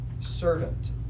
servant